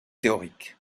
théoriques